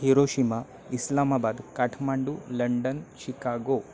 Hiroshima Islamabad Kathmandu London Chicago